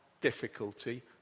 difficulty